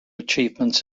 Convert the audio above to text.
achievements